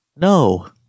No